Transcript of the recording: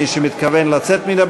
מי שמתכוון לצאת מן הבניין,